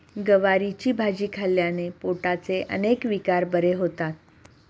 गवारीची भाजी खाल्ल्याने पोटाचे अनेक विकार बरे होतात